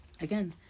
Again